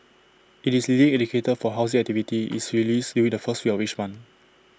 IT is leading indicator for housing activity is released during the first week of each month